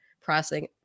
processing